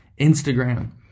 Instagram